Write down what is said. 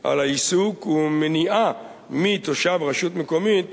על העיסוק ומניעה מתושב רשות מקומית